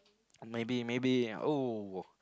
maybe maybe !woo!